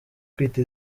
kwita